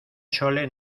chole